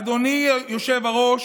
אדוני היושב-ראש,